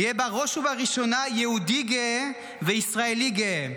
יהיה בראש ובראשונה יהודי גאה וישראלי גאה.